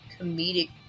comedic